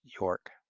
York